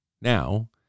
Now